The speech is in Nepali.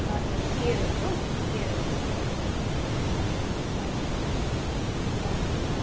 हजुर चियरहरूको चियरहरूको हजुर हजुर हजुर